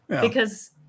because-